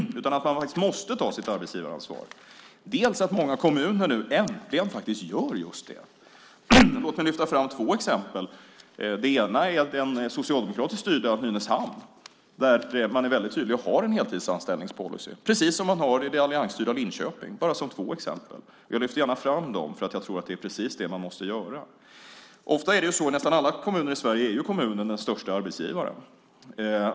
Man måste ta sitt arbetsgivaransvar. Många kommuner gör nu äntligen just det. Låt mig lyfta fram två exempel. Det ena är det socialdemokratiskt styrda Nynäshamn där man är väldigt tydlig och har en heltidsanställningspolicy, precis som det alliansstyrda Linköping. Det är två exempel. Jag lyfter gärna fram dem eftersom jag tror att det är precis så man måste göra. I nästan alla kommuner i Sverige är kommunen den största arbetsgivaren.